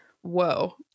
whoa